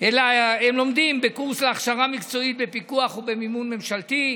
אלא הם לומדים בקורס להכשרה מקצועית בפיקוח ובמימון ממשלתי,